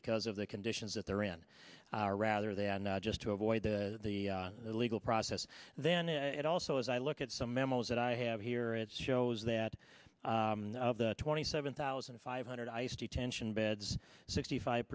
because of the conditions that they're in rather than just to avoid the legal process then it also as i look at some memos that i have here it shows that the twenty seven thousand five hundred ice detention beds sixty five